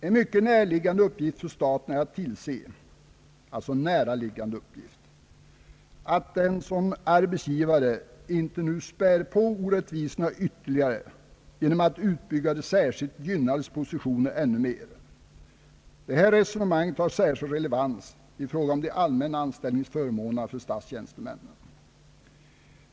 En mycket näraliggande uppgift för staten är att tillse att den som arbetsgivare inte späder på orättvisorna ytterligare genom att utbygga de särskilt gynnades positioner ännu mer. Detta resonemang har särskild relevans i fråga om de allmänna anställningsförmånerna för statstjänstemän.